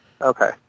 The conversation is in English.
okay